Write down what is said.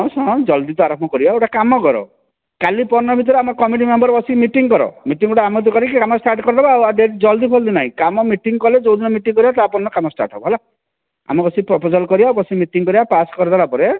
ଶୁଣ ଜଲ୍ଦି ତ ଆରମ୍ଭ କରିବା ଗୋଟେ କାମ କର କାଲି ପଅରଦିନ ଭିତରେ କମିଟି ମେମ୍ବର ବସିକି ମିଟିଙ୍ଗ କର ମିଟିଙ୍ଗ ଗୋଟେ ଆମନ୍ତ କରିକି କାମ ଷ୍ଟାର୍ଟ କରିଦେବା ଆଉ ଡେରି ଜଲ୍ଦି ଫଲଦି ନାଇଁ କାମ ମିଟିଙ୍ଗ କଲେ ଯେଉଁଦିନ ମିଟିଙ୍ଗ କରିବା ତା ପରଦିନ କାମ ଷ୍ଟାର୍ଟ ହେବ ହେଲା ଆମେ ବସିକି ପ୍ରପୋଜାଲ କରିବା ବସିକି ମିଟିଙ୍ଗ କରିବା ପାସ୍ କରିଦେଲା ପରେ